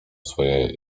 swoje